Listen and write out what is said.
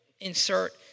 insert